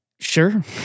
Sure